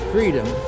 Freedom